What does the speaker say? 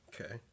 Okay